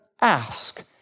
ask